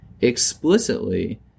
explicitly